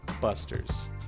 Busters